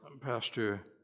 Pastor